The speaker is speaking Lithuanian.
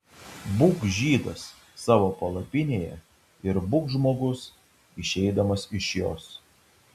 būk žydas savo palapinėje ir būk žmogus išeidamas iš jos